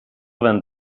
vingt